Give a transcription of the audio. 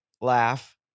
laugh